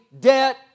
debt